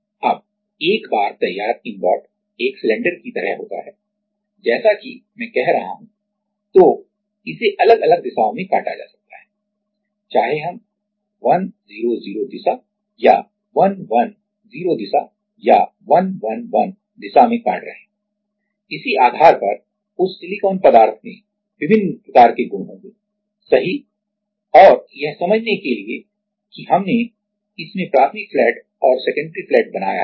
अब एक बार तैयार इनगोट एक सिलेंडर की तरह होता है जैसा कि मैं कह रहा हूं तो इसे अलग अलग दिशाओं में काटा जा सकता है चाहे हम 100 दिशा या 110 दिशा या 111 दिशा में काट रहे हों इसी आधार पर उस सिलिकॉन पदार्थ में विभिन्न प्रकार के गुण होंगे सही और यह समझने के लिए कि हमने इसमें प्राथमिक फ्लैट और सेकेंडरी फ्लैट बनाया बनाया है